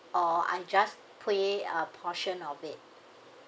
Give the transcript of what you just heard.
or I just pay a portion of it